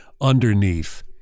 underneath